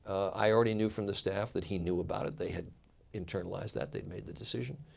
i already knew from the staff that he knew about it. they had internalized that. they had made the decision.